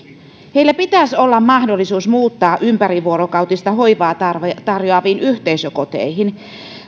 heillä pitäisi olla mahdollisuus muuttaa ympärivuorokautista hoivaa tarjoaviin yhteisökoteihin